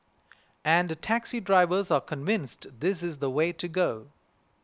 and taxi drivers are convinced this is the way to go